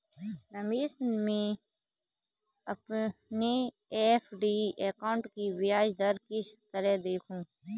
रमेश मैं अपने FD account की ब्याज दर किस तरह देखूं?